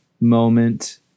moment